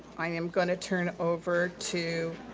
i am gonna turn over to.